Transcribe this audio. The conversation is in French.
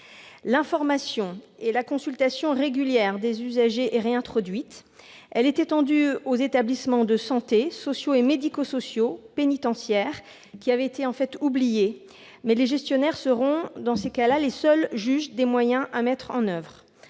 L'information et la consultation régulières des usagers sont réintroduites et étendues aux établissements de santé, sociaux, médico-sociaux et pénitentiaires, qui avaient été oubliés, mais les gestionnaires seront les seuls juges des moyens à mettre en oeuvre.